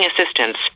assistance